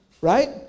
Right